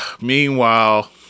Meanwhile